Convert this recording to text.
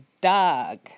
dog